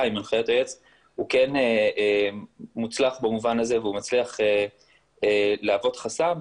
ועם הנחיות היועץ הוא כן מוצלח במובן הזה והוא מצליח להוות חסם.